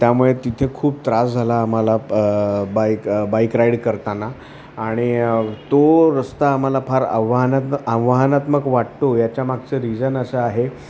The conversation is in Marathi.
त्यामुळे तिथे खूप त्रास झाला आम्हाला बाईक बाईक राईड करताना आणि तो रस्ता आम्हाला फार आव्हानात्मक आव्हानात्मक वाटतो याच्यामागचं रिजन असं आहे